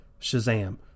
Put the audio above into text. Shazam